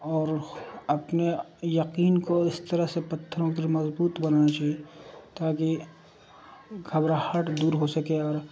اور اپنے یقین کو اس طرح سے پتھروں کے مضبوط بنانا چاہیے تاکہ گھبراہٹ دور ہو سکے اور